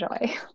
enjoy